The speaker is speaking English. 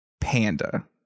panda